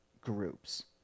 groups